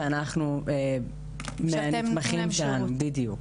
כמובן שאנחנו רוצים לשאוף לכמה שיותר.